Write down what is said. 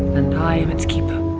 and i am its keeper.